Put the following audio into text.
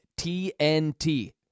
TNT